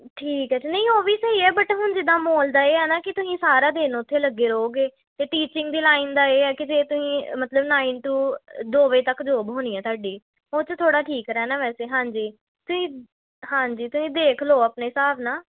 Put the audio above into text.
ਠੀਕ ਹੈ ਤੇ ਨਹੀਂ ਉਹ ਵੀ ਸਹੀ ਹੈ ਬਟ ਹੁਣ ਜਿੱਦਾਂ ਮੋਲ ਦਾ ਇਹ ਆ ਨਾ ਕਿ ਤੁਸੀਂ ਸਾਰਾ ਦਿਨ ਉੱਥੇ ਲੱਗੇ ਰਹੋਗੇ ਅਤੇ ਟੀਚਿੰਗ ਦੀ ਲਾਈਨ ਦਾ ਇਹ ਹੈ ਕਿ ਜੇ ਤੁਸੀਂ ਮਤਲਬ ਨਾਈਨ ਟੂ ਦੋ ਵਜੇ ਤੱਕ ਜੋਬ ਹੋਣੀ ਆ ਤੁਹਾਡੀ ਉੱਥੇ ਥੋੜ੍ਹਾ ਠੀਕ ਰਹਿਣਾ ਵੈਸੇ ਹਾਂਜੀ ਤੁਸੀਂ ਹਾਂਜੀ ਤੁਸੀਂ ਦੇਖ ਲਓ ਆਪਣੇ ਹਿਸਾਬ ਨਾਲ